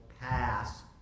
pass